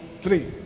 three